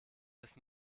bis